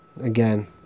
again